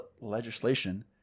legislation